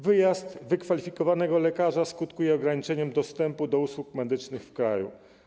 Wyjazd wykwalifikowanego lekarza skutkuje ograniczeniem dostępu do usług medycznych w kraju.